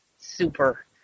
super